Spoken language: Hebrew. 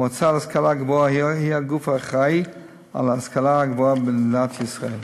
המועצה להשכלה גבוהה היא הגוף האחראי להשכלה הגבוהה במדינת ישראל.